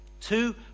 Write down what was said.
Two